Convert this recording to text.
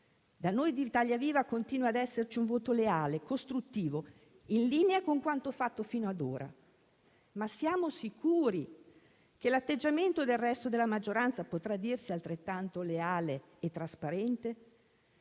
Da noi di Italia viva continua ad esserci un voto leale e costruttivo, in linea con quanto fatto fino ad ora. Ma siamo sicuri che l'atteggiamento del resto della maggioranza potrà dirsi altrettanto leale e trasparente?